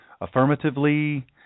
affirmatively